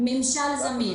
ממשל זמין.